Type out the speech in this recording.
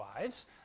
wives